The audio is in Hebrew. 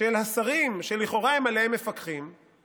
של השרים, שלכאורה הם מפקחים עליהם,